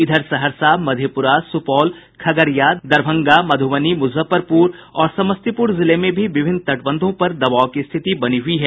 इधर सहरसा मधेपुरा सुपौल खगड़िया दरभंगा मधुबनी मुजफ्फरपुर और समस्तीपुर जिले में भी विभिन्न तटबंधों पर दबाव की स्थिति बनी हुयी है